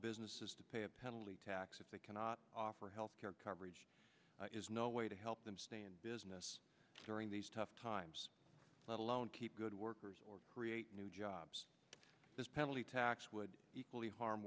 businesses to pay a penalty taxes they cannot offer health care coverage is no way to help them stay in business during these tough times let alone keep good workers or create new jobs penalty tax would equally harm